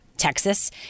Texas